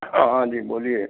हाँ हाँ जी बोलिए